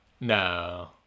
No